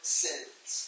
sins